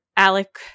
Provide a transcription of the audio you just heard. Alec